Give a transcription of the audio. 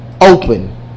open